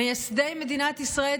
מייסדי מדינת ישראל,